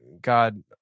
God